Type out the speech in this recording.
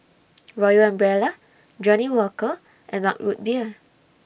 Royal Umbrella Johnnie Walker and Mug Root Beer